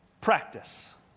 practice